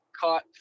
caught